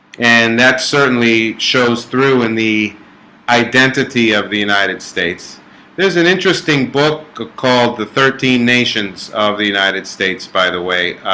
and that certainly shows through in the identity of the united states there's an interesting book called the thirteen nations of the united states by the way.